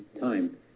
time